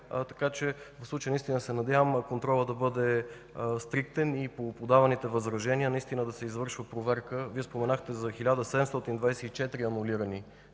В случая се надявам контролът да бъде стриктен и по подаваните възражения да се извършва проверка. Вие споменахте за 1724 анулирани